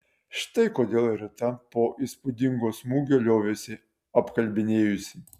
štai kodėl rita po įspūdingo smūgio liovėsi apkalbinėjusi